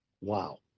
Wow